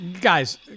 Guys